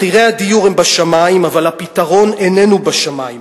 מחירי הדיור הם בשמים, אבל הפתרון איננו בשמים,